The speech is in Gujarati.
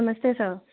નમસ્તે સર